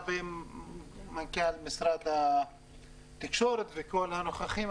מנכ"לית משרד התקשורת וכל הנוכחים,